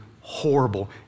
horrible